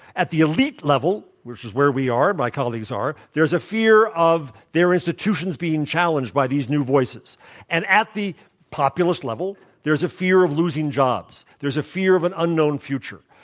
at the elite level, which is where we are, my colleagues are, there's a fear of their institutions being challenged by these new voices and at the populist level there is a fear of losing jobs. there's a fear of an unknown future.